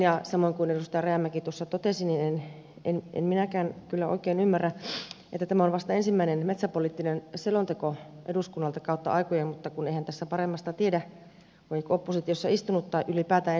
ja samoin kuin edustaja rajamäki tuossa totesi niin en minäkään kyllä oikein ymmärrä että tämä on vasta ensimmäinen metsäpoliittinen selonteko eduskunnalta kautta aikojen mutta kun eihän tässä paremmasta tiedä kun olen oppositiossa istunut tai ylipäätään ensimmäistä kautta